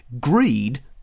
greed